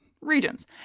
regions